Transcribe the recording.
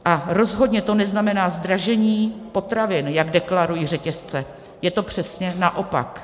Ale rozhodně to neznamená zdražení potravin, jak deklarují řetězce, je to přesně naopak.